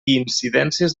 incidències